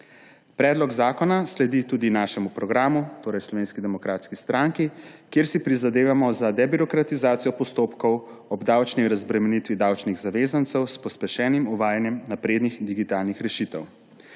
Predlog zakona sledi tudi našemu programu, torej Slovenski demokratski stranki, kjer si prizadevamo za debirokratizacijo postopkov ob davčni razbremenitvi davčnih zavezancev s pospešenim uvajanjem naprednih in digitalnih rešitev.